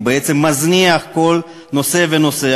והוא בעצם מזניח כל נושא ונושא.